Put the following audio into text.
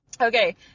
Okay